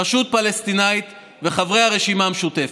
הרשות הפלסטינית וחברי הרשימה המשותפת.